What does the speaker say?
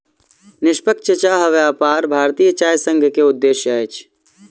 निष्पक्ष चाह व्यापार भारतीय चाय संघ के उद्देश्य अछि